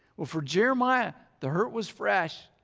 well for jeremiah the hurt was fresh.